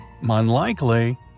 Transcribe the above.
Unlikely